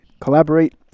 collaborate